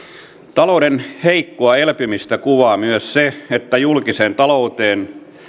talouden heikkoa elpymistä kuvaa myös se että julkiseen talouteen